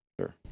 Sure